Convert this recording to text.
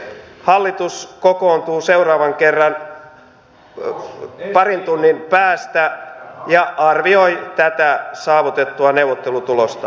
hallitus kokoontuu seuraavan kerran parin tunnin päästä ja arvioi tätä saavutettua neuvottelutulosta